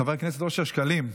חבר הכנסת אושר שקלים,